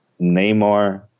Neymar